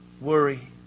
worry